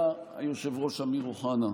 היה היושב-ראש אמיר אוחנה,